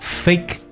fake